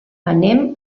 anem